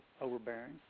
overbearing